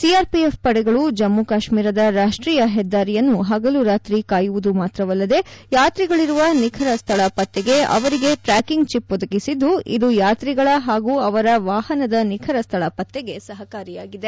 CRPF ಪಡೆಗಳು ಜಮ್ನಿಕಾಶ್ನೀರದ ರಾಷ್ನೀಯ ಹೆದ್ದಾರಿಯನ್ನು ಹಗಲು ರಾತ್ರಿ ಕಾಯುವುದು ಮಾತ್ರವಲ್ಲದೇ ಯಾತ್ರಿಗಳಿರುವ ನಿಖರ ಸ್ಥಳ ಪತ್ತೆಗೆ ಅವರಿಗೆ ಟ್ರಾಕಿಂಗ್ ಚಿಪ್ ಒದಗಿಸಿದ್ದು ಇದು ಯಾತ್ರಿಗಳ ಹಾಗೂ ಅವರ ವಾಹನದ ನಿಖರ ಸ್ಥಳ ಪತ್ರೆಗೆ ಸಹಕಾರಿಯಾಗಿದೆ